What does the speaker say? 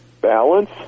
balance